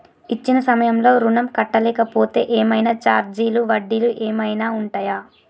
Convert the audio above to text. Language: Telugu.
ఇచ్చిన సమయంలో ఋణం కట్టలేకపోతే ఏమైనా ఛార్జీలు వడ్డీలు ఏమైనా ఉంటయా?